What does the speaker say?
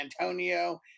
antonio